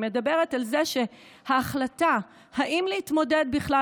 היא מדברת על זה שההחלטה אם להתמודד בכלל,